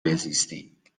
بهزیستی